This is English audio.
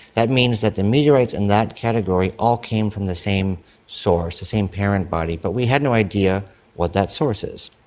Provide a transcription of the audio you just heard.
that means that the meteorites in and that category all came from the same source, the same parent body, but we had no idea what that source is.